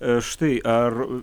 štai ar